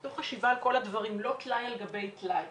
הייתה חשיבה על כלה דברים, לא טלאי על גבי טלאי,